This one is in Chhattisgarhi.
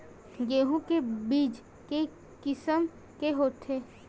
गेहूं के बीज के किसम के होथे?